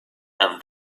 and